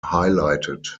highlighted